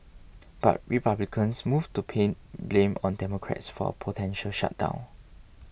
but Republicans moved to pin blame on Democrats for a potential shutdown